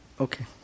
Okay